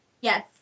Yes